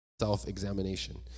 self-examination